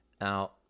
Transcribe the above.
Now